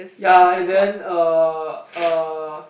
ya and then uh uh